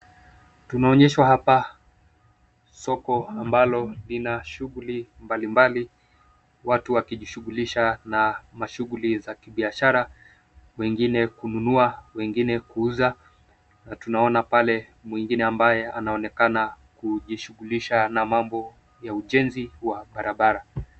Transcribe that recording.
Tunaonyeshwa hapa soko ambalo lina shughuli mbalimbali watu wakijishughulisha na mashughuli za kibiashara wengine kununua, wengine kuuza na tunaona pale mwingine ambaye anaonekana kujishughulisha na mambo ya ujenzi wa barabara.